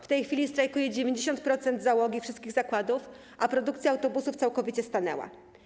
W tej chwili strajkuje 90% załogi wszystkich zakładów, a produkcja autobusów całkowicie stanęła.